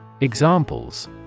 Examples